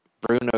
Bruno